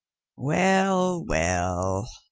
well, well.